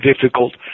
difficult